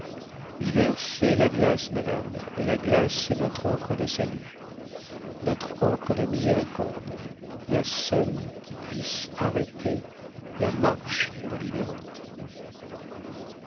l'hiver c'est la glace madame et la glace c'est notre ancre de salut notre ancre de miséricorde la seule qui puisse arrêter la marche de l'île errante